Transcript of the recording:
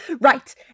Right